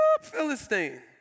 Philistine